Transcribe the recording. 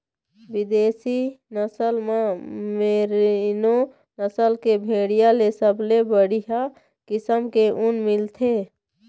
बिदेशी नसल म मेरीनो नसल के भेड़िया ले सबले बड़िहा किसम के ऊन मिलथे